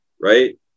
right